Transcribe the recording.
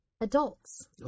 adults